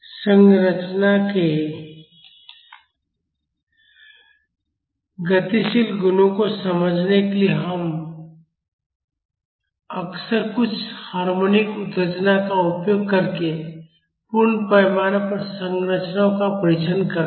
संरचनाओं के गतिशील गुणों को समझने के लिए हम अक्सर कुछ हार्मोनिक उत्तेजना का उपयोग करके पूर्ण पैमाने पर संरचनाओं का परीक्षण करते हैं